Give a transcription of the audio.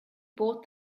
bought